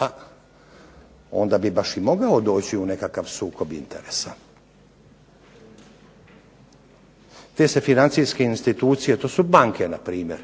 pa onda bi baš i mogao doći u sukob interesa. Te se financijske insittucije, to su banke npr.